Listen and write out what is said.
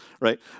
Right